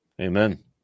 Amen